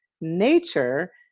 nature